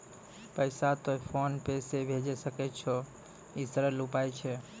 पैसा तोय PhonePe से भैजै सकै छौ? ई सरल उपाय छै?